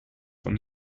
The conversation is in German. von